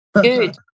Good